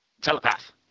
Telepath